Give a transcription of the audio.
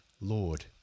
Lord